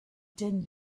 din